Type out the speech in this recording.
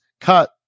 cut